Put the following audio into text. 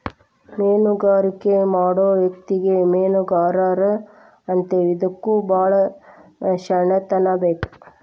ಮೇನುಗಾರಿಕೆ ಮಾಡು ವ್ಯಕ್ತಿಗೆ ಮೇನುಗಾರಾ ಅಂತೇವಿ ಇದಕ್ಕು ಬಾಳ ಶ್ಯಾಣೆತನಾ ಬೇಕ